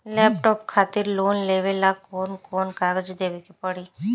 Laptop खातिर loan लेवे ला कौन कौन कागज देवे के पड़ी?